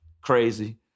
crazy